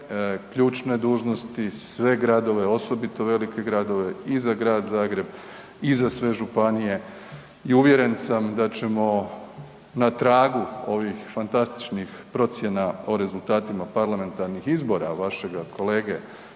ključne dužnosti, sve gradove osobito velike gradove i za Grad Zagreb i za sve županije i uvjeren sam da ćemo na tragu ovih fantastičnih procjena o rezultatima parlamentarnih izbora vašega kolege